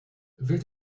wählt